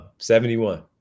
71